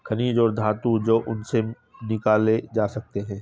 खनिज और धातु जो उनसे निकाले जा सकते हैं